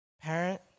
parent